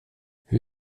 hur